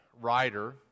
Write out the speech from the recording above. writer